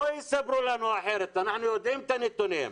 שלא יספרו לנו אחרת כי אנחנו יודעים את הנתונים.